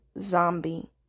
zombie